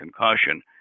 concussion